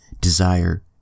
desire